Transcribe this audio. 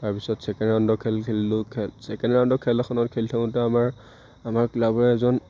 তাৰপিছত ছেকেণ্ড ৰাউণ্ডৰ খেল খেলিলোঁ খেল ছেকেণ্ড ৰাউণ্ডৰ খেল এখনত খেলি থাকোতে আমাৰ আমাৰ ক্লাবৰে এজন